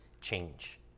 change